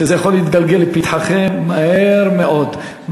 שזה יכול להתגלגל לפתחכם מהר מאוד.